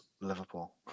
Liverpool